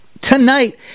tonight